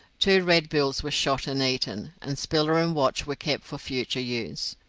two redbills were shot and eaten, and spiller and watch were kept for future use.